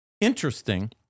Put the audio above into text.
Interesting